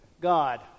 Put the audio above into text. God